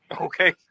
Okay